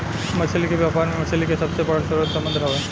मछली के व्यापार में मछली के सबसे बड़ स्रोत समुंद्र हवे